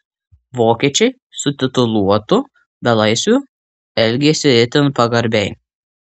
vokiečiai su tituluotu belaisviu elgėsi itin pagarbiai